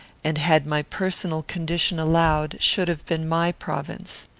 and had my personal condition allowed, should have been my province.